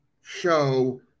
show